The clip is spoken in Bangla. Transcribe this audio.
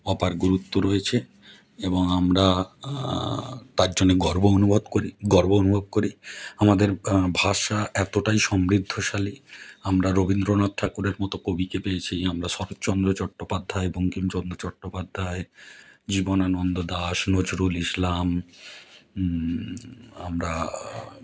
অপার গুরুত্ব রয়েছে এবং আমরা তার জন্যে গর্ব অনুভব করি গর্ব অনুভব করি আমাদের ভাষা এতোটাই সমৃদ্ধশালী আমরা রবীন্দ্রনাথ ঠাকুরের মতো কবিকে পেয়েছি আমরা শরৎচন্দ্র চট্টোপাধ্যায় বঙ্কিমচন্দ্র চট্টোপাধ্যায় জীবনানন্দ দাস নজরুল ইসলাম আমরা